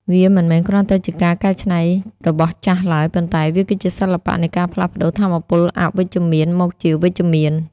វាមិនមែនគ្រាន់តែជាការកែច្នៃរបស់ចាស់ឡើយ ប៉ុន្តែវាគឺជាសិល្បៈនៃការផ្លាស់ប្តូរថាមពលអវិជ្ជមានមកជាវិជ្ជមាន។